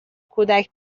کودک